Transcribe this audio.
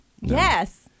Yes